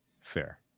fair